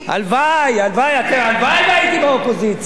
הלוואי שהייתי באופוזיציה.